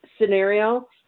scenario